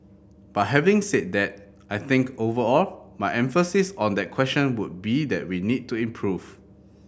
but having said that I think overall my emphasis on that question would be that we need to improve